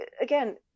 again